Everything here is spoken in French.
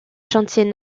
chantiers